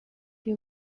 you